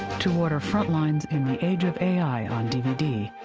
to order frontline's in the age of a i. on dvd,